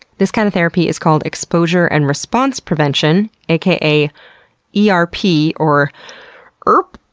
this kind of therapy is called exposure and response prevention aka e r p, or or eerrrp,